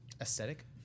Aesthetic